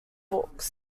books